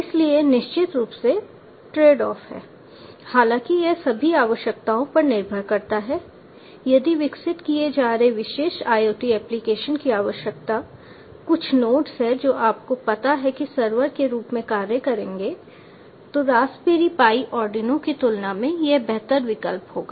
इसलिए निश्चित रूप से ट्रेड ऑफ है हालाँकि यह सभी आवश्यकताओं पर निर्भर करता है यदि विकसित किए जा रहे विशेष IOT एप्लीकेशन की आवश्यकता कुछ नोड्स है जो आपको पता है कि सर्वर के रूप में कार्य करेंगे तो रास्पबेरी पाई आर्डिनो की तुलना में एक बेहतर विकल्प होगा